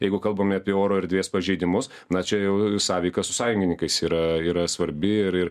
jeigu kalbame apie oro erdvės pažeidimus na čia jau sąveika su sąjungininkais yra yra svarbi ir ir